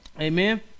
Amen